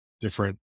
different